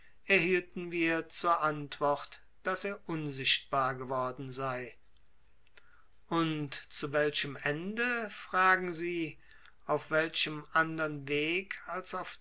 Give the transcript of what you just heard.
erhielten wir zur antwort daß er unsichtbar geworden sein und zu welchem ende fragen sie auf welchem andern weg als auf